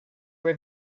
were